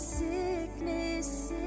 sickness